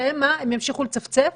והם מה, הם ימשיכו לצפצף?